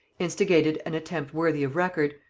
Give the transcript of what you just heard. instigated an attempt worthy of record,